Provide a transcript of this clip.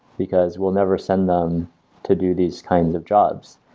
because we'll never send them to do these kinds of jobs.